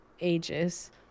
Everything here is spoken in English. ages